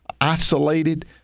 isolated